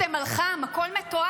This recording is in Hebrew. קרעת אותנו.